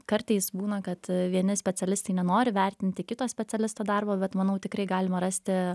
kartais būna kad vieni specialistai nenori vertinti kito specialisto darbo bet manau tikrai galima rasti